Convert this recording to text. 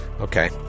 okay